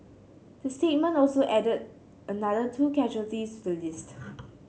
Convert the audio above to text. the statement also added another two casualties to list